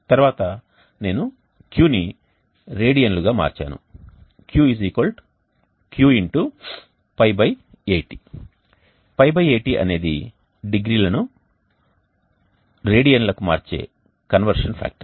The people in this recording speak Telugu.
తర్వాత నేను Qని రేడియన్లుగా మార్చాను Q Q x Π80 Π80 అనేది డిగ్రీల ను రేడియన్లకు మార్చే కన్వర్షన్ ఫాక్టర్